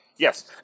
Yes